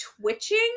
twitching